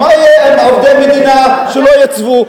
מה יהיה עם עובדי מדינה שלא יתייצבו?